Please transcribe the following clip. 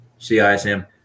CISM